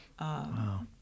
Wow